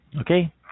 Okay